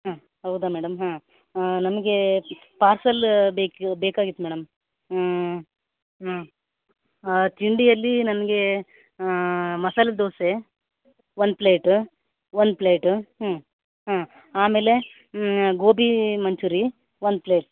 ಹಾಂ ಹೌದಾ ಮೇಡಮ್ ಹಾಂ ನಮಗೆ ಪಾರ್ಸಲ್ ಬೇಕು ಬೇಕಾಗಿತ್ತು ಮೇಡಮ್ ಹಾಂ ತಿಂಡಿಯಲ್ಲಿ ನನಗೆ masala dosa one plate one plate ಹ್ಞೂ ಹಾಂ ಆಮೇಲೆ ಗೋಬಿ ಮಂಚೂರಿ ಒನ್ ಪ್ಲೇಟ್